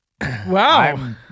Wow